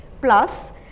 Plus